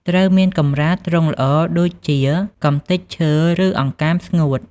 ត្រូវមានកម្រាលទ្រុងល្អ ដូចជាកម្ទេចឈើ ឬអង្កាមស្ងួត។